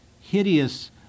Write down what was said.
hideous